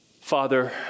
Father